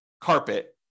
carpet